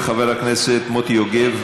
ולחבר הכנסת עודד פורר,